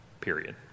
period